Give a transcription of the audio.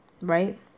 right